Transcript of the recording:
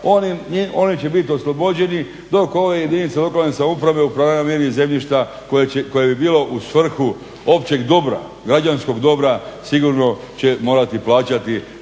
Oni će biti oslobođeni dok ove jedinice lokalne samouprave …/Govornik se ne razumije./… zemljišta koje bilo u svrhu općeg dobra, građanskog dobra. Sigurno će morati plaćati